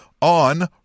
on